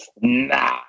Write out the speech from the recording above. Nah